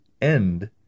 end